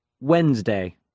Wednesday